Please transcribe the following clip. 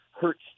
hurts